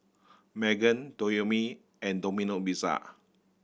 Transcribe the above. Megan Toyomi and Domino Pizza